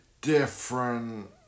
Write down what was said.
different